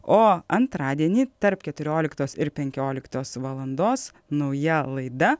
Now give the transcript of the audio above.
o antradienį tarp keturioliktos ir penkioliktos valandos nauja laida